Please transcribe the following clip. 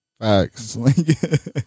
facts